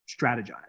strategize